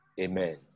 Amen